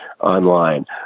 online